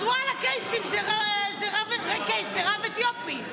אז ואללה, קייס זה רב אתיופי.